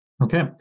Okay